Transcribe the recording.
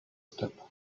step